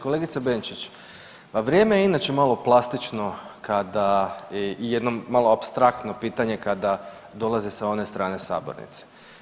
Kolegice Benčić pa vrijeme je ipak malo plastično kada je jednom malo apstraktno pitanje kada dolaze sa one strane sabornice.